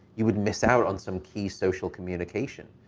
you would miss out on some key social communication.